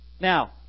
Now